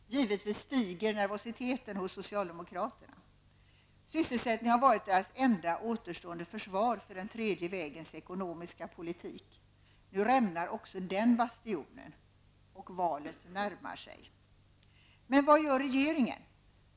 Givetvis stiger nervositeten hos socialdemokraterna. Sysselsättningen har varit deras enda återstående försvar av den tredje vägens ekonomiska politik. Nu rämnar ocskå den bastionen, och valet närmar sig. Vad gör då regeringen?